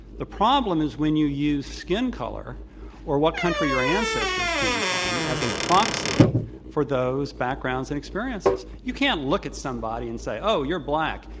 the problem is when you use skin color or what country your ance and so stors came from as a proxy for those backgrounds and experiences. you can't look at somebody and say, oh, you're black.